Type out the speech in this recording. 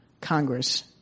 Congress